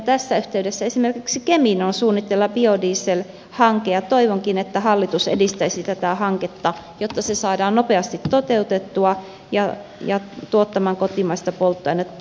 tässä yhteydessä esimerkiksi kemiin on suunnitteilla biodieselhanke ja toivonkin että hallitus edistäisi tätä hanketta jotta se saadaan nopeasti toteutettua ja tuottamaan kotimaista polttoainetta